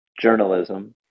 journalism